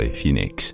Phoenix